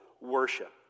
worship